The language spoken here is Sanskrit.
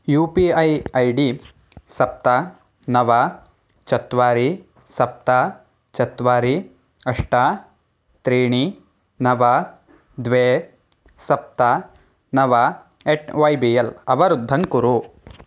you P I I D सप्त नव चत्वारि सप्त चत्वारि अष्ट त्रीणि नव द्वे सप्त नव एट् वै बी एल् अवरुद्धं कुरु